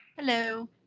Hello